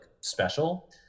special